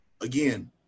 again